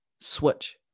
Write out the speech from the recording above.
switch